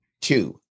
Two